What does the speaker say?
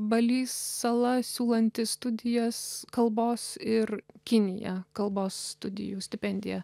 baly sala siūlanti studijas kalbos ir kinija kalbos studijų stipendija